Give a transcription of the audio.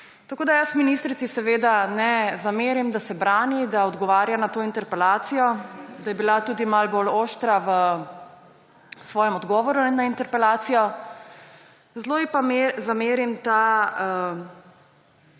Jaz ministrici seveda ne zamerim, da se brani, da odgovarja na to interpelacijo, da je bila tudi malo bolj oštra v svojem odgovoru na interpelacijo. Zelo ji pa zamerim ta